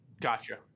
Gotcha